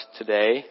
today